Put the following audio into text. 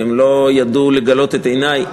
והם לא ידעו לגלות את עיני.